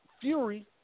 Fury